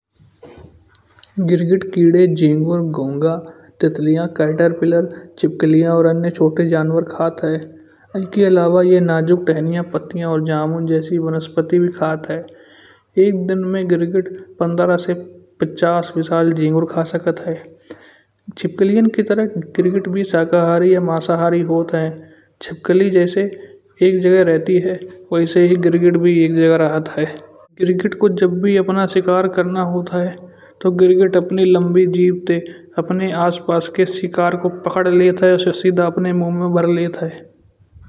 गिरगिट कीड़े झिंगुर घोंघा तितलिया करतल पिलार छिपकलिया और अन्य छोटे जनवर खात है। इके अलावा येह नाजुक टहनिया पत्तिया और जामुन जैसे बनस्पतिया भी खात है। एक दिन म गिरगिट पंद्रह से पचास वे साल झिंगुर खा सकत है। छिपकलीयान की तरिया गिरगिट भी साकाहरी व मांसाहारी होत है। छिपकली जैसे एक जगह रहती ह वैसे ही गिरगिट भी एक जगह रहत है। गिरगिट को जब भी अपना शिकार करनो होता है। तो गिरगिट अपनी लम्बी जीभ ते अपने आास पास क शिकार को पकड़ लेत ह उसे सीधे अपने मुंह म भर लेत है।